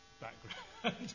background